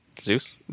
Zeus